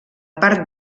part